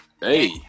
Hey